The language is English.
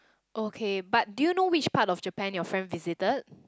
okay but do you know which part of Japan you family visited